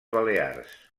balears